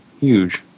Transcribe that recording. huge